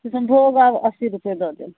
किशनभोग आब अस्सी रुपये दऽ देब